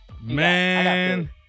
Man